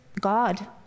God